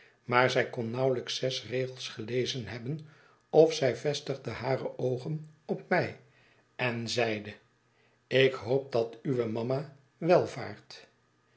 maar zij kon nauwelijks zes regels gelezen hebben of zij vestigde hare oogen op mij en zeide ik hoop dat uwe mama welvaart